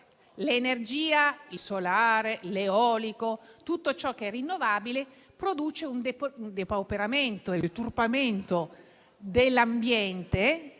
l'energia - il solare, l'eolico, tutto ciò che è rinnovabile - produce un depauperamento e deturpamento dell'ambiente